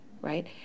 right